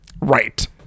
right